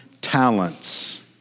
talents